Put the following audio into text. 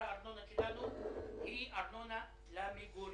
הכול אני חושב שהצורה והדרך נכונה לזמן חירום.